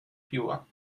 пива